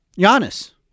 Giannis